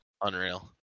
unreal